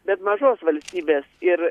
bet mažos valstybės ir